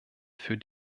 für